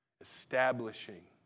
Establishing